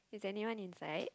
is anyone inside